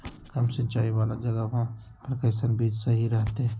कम सिंचाई वाला जगहवा पर कैसन बीज सही रहते?